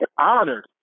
honored